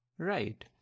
Right